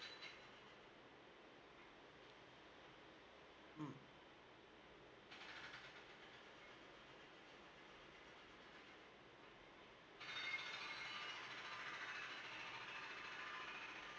mm